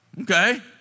okay